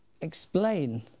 explain